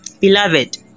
beloved